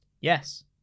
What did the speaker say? Yes